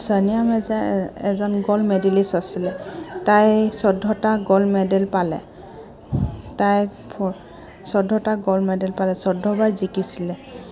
ছানিয়া মিৰ্জা এজন gold medalist আছিলে তাই চৈধ্যতা গ'ল্ড মেডেল পালে তাই চৈধ্যতা গ'ল্ড মেডেল পালে চৈধ্যবাৰ জিকিছিলে